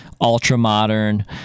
ultra-modern